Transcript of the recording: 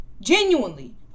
Genuinely